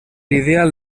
ideal